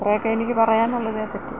ഇത്രയൊക്കെ എനിക്ക് പറയാനുള്ളൂ ഇതിനെ പറ്റി